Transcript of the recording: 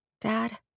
Dad